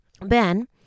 Ben